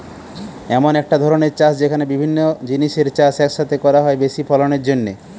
এমন একটা ধরণের চাষ যেখানে বিভিন্ন জিনিসের চাষ এক সাথে করা হয় বেশি ফলনের জন্যে